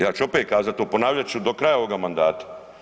Ja ću opet kazati, ponavljat ću do kraja ovoga mandata.